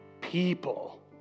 people